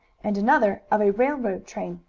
and another of a railroad train.